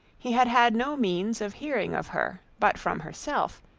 he had had no means of hearing of her but from herself,